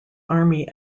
army